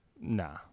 nah